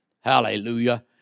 Hallelujah